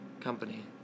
Company